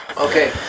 Okay